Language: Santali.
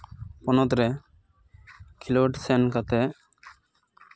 ᱯᱚᱱᱚᱛ ᱨᱮ ᱠᱷᱮᱞᱳᱰ ᱥᱮᱱ ᱠᱟᱛᱮ